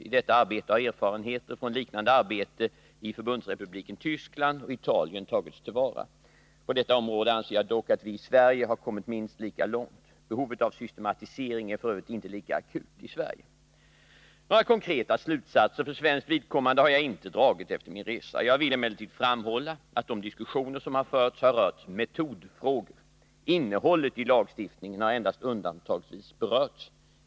I detta arbete har erfarenheter från liknande arbete i Förbundsrepubliken Tyskland och Italien tagits till vara. På detta område anser jag dock att vi i Sverige har kommit minst lika långt. Behovet av systematisering är f. ö. inte lika akut i Sverige. Några konkreta slutsatser för svenskt vidkommande har jag inte dragit efter min resa. Jag vill emellertid framhålla att de diskussioner som har förts har rört metodfrågor. Innehållet i lagstiftningen har endast undantagsvis berörts.